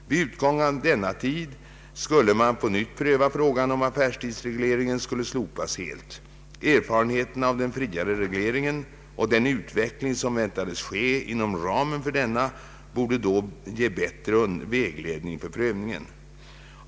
Vid utgången av denna tid skulle man på nytt pröva frågan om affärstidsregleringen skulle slopas helt. Erfarenheterna av den friare regleringen och den utveckling som väntades ske inom ramen för denna borde då ge bättre vägledning för prövningen.